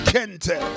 Kente